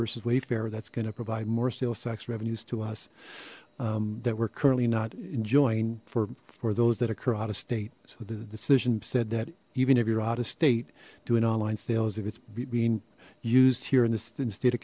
versus wayfarer that's going to provide more sales tax revenues to us that we're currently not enjoying for for those that occur out of state so the decision said that even if you're out of state do an online sales if it's being used here in the state of